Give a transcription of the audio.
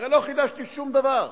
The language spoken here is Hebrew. לא חידשתי שום דבר.